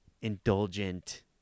indulgent